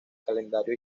calendario